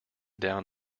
down